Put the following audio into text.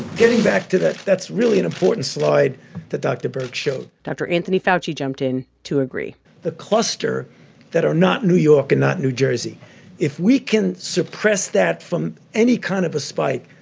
getting back to that, that's really an important slide that dr. birx showed dr. anthony fauci jumped in to agree the cluster that are not new york and not new jersey if we can suppress that from any kind of a spike,